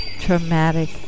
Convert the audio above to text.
traumatic